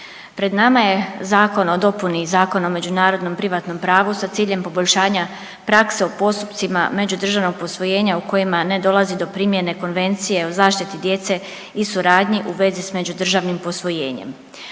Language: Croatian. Pred nama je Zakon o dopuni Zakona o međunarodnom privatnom pravu sa ciljem poboljšanja prakse u postupcima međudržavnog posvojenja u kojima ne dolazi do primjene Konvencije o zaštiti djece i suradnji u vezi s međudržavnim posvojenjem.